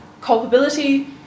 culpability